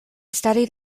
studied